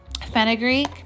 Fenugreek